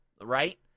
right